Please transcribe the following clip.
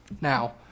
Now